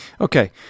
Okay